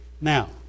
Now